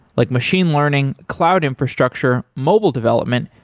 like machine learning, cloud infrastructure, mobile development,